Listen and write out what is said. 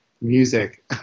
music